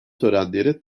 törenleri